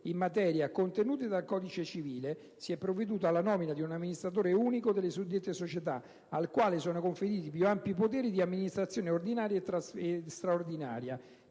in materia contenute nel codice civile, si è provveduto alla nomina di un amministratore unico delle suddette società, al quale sono conferiti i più ampi poteri di amministrazione ordinaria e straordinaria.